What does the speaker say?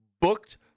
booked